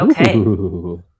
okay